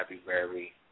February